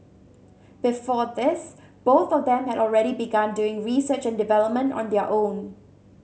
before this both of them had already begun doing research and development on their own